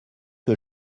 que